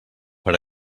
per